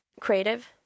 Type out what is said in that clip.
creative